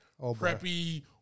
preppy